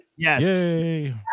Yes